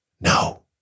No